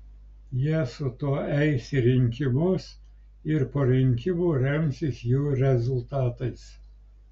jie su tuo eis į rinkimus ir po rinkimų remsis jų rezultatais